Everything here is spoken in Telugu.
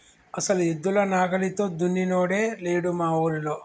అసలు ఎద్దుల నాగలితో దున్నినోడే లేడు మా ఊరిలో